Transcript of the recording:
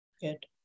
good